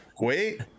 wait